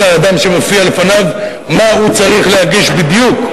האדם שמופיע לפניו מה הוא צריך להגיש בדיוק.